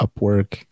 upwork